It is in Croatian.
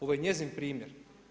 Ovo je njezin primjer.